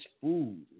food